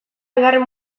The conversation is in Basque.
bigarren